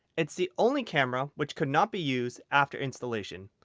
it's the only camera which cannot be used after installation.